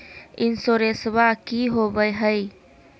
इंसोरेंसबा की होंबई हय?